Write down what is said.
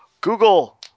Google